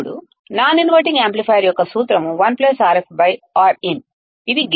ఇప్పుడు non inverting amplifier యొక్క సూత్రం 1 Rf Rin ఇది గైన్